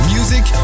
Music